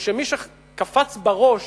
הוא שמי שקפץ בראש,